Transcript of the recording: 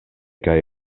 kaj